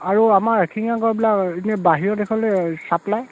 আৰু আমাৰ এশিঙীয়া গঁড়বিলাক এনেই বাহিৰ দেশলৈ চাপ্লাই